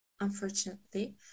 unfortunately